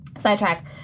sidetrack